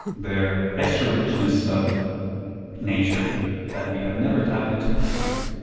they're extra richness of nature that we have never tapped into previously.